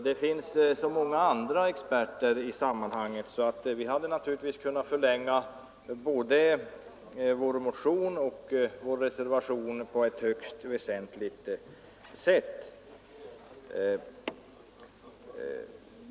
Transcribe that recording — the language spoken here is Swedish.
Det finns många andra experter på detta område, så vi hade naturligtvis kunnat förlänga både vår motion och vår reservation högst väsentligt.